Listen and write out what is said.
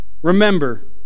Remember